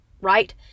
right